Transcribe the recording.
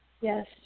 Yes